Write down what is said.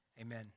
Amen